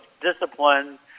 discipline